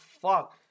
fuck